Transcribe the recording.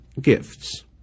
gifts